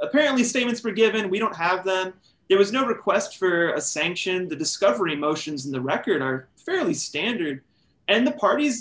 apparently statements were given we don't have that there was no request for a sanction the discovery motions in the record are fairly standard and the parties